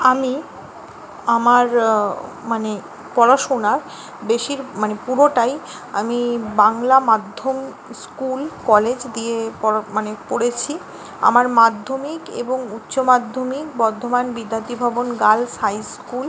আমি আমার মানে পড়াশোনার বেশির মানে পুরোটাই আমি বাংলা মাধ্যম স্কুল কলেজ দিয়ে পড়্ মানে পড়েছি আমার মাধ্যমিক এবং উচ্চমাধ্যমিক Bardhaman Vidyarthi Bhavan girls high school